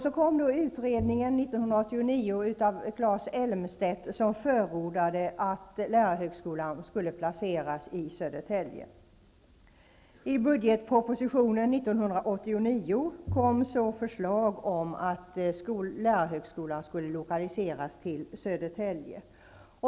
Så kom 1989 utredningen av Claes Södertälje.